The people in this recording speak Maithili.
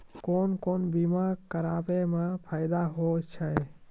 कोन कोन बीमा कराबै मे फायदा होय होय छै?